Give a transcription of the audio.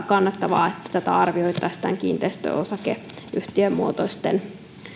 kannattavaa että arvioitaisiin myöskin kiinteistöosakeyhtiömuotoisten